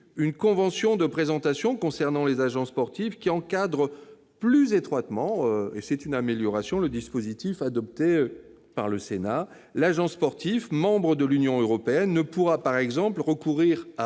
une convention de présentation concernant les agents sportifs qui encadre plus étroitement le dispositif adopté par le Sénat. L'agent sportif ressortissant de l'Union européenne ne pourra, par exemple, recourir à